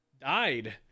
died